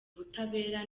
ubutabera